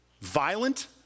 Violent